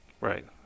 right